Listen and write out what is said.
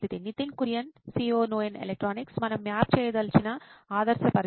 Nitin Kurien COO నోయిన్ electronics మనము map చేయదలిచిన ఆదర్శ పరిస్థితి